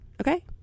okay